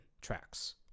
tracks